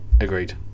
agreed